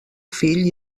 fill